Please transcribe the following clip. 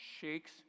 shakes